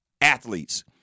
athletes